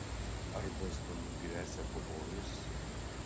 ar bostonui gresia pavojus